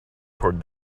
toward